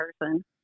person